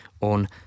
on